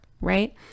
right